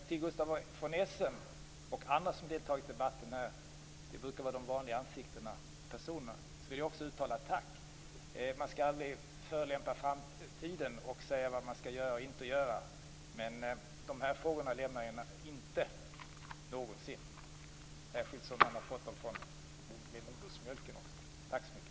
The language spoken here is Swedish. Till Gustaf von Essen och andra som deltagit i debatten här - det brukar vara de vanliga personerna - vill jag också uttala ett tack. Man skall inte föregripa framtiden och säga vad man skall göra och inte göra, men de här frågorna lämnar jag aldrig någonsin, särskilt som jag har fått dem med modersmjölken. Tack så mycket!